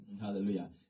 hallelujah